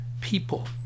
people